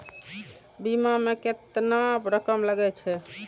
बीमा में केतना रकम लगे छै?